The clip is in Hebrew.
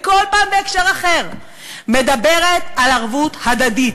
וכל פעם בהקשר אחר מדברת על ערבות הדדית,